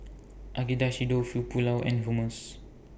Agedashi Dofu Pulao and Hummus